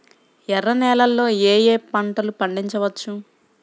ఎర్ర నేలలలో ఏయే పంటలు పండించవచ్చు?